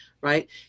right